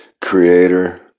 creator